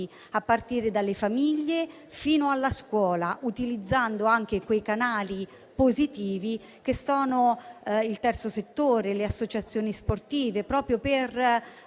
a partire dalle famiglie fino alla scuola, utilizzando anche quei canali positivi che sono il terzo settore e le associazioni sportive, proprio per